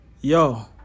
Yo